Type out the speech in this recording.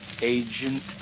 Agent